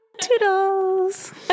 Toodles